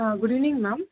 ah good evening ma'am